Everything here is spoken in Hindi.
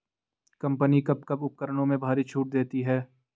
कंपनी कब कब उपकरणों में भारी छूट देती हैं?